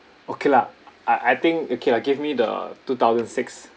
okay lah I I think okay lah give me the two thousand six